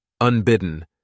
Unbidden